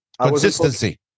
consistency